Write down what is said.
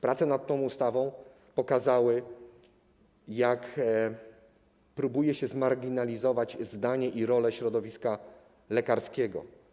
Prace nad tą ustawą pokazały, jak próbuje się zmarginalizować zdanie i rolę środowiska lekarskiego.